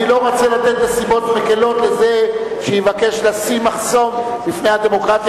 אני לא רוצה לתת נסיבות מקלות לזה שיבקש לשים מחסום בפני הדמוקרטיה